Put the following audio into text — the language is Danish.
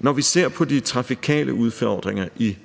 Når vi ser på de trafikale udfordringer i